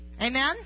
Amen